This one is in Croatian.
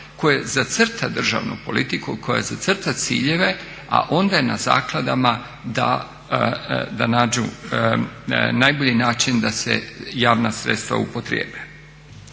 koje zacrta državnu politiku, koje zacrta ciljeve a onda je na zakladama da nađu najbolji način da se javna sredstava upotrijebe.